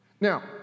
Now